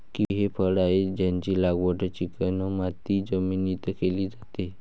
kiwi हे फळ आहे, त्याची लागवड चिकणमाती जमिनीत केली जाते